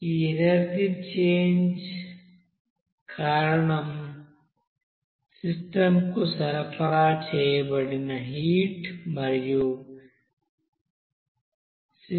ఈ energy change కారణం system కు సరఫరా చేయబడిన హీట్ ఎనర్జీ మరియు సిస్టం చేసిన వర్క్